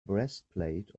breastplate